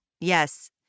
Yes